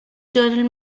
general